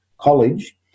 College